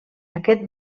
aquest